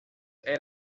era